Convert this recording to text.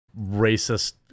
racist